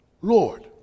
Lord